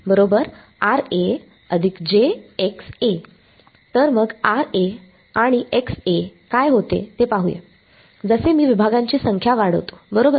तर मगआणि काय होते ते पाहू या जसे मी विभागांची संख्या वाढवतो बरोबर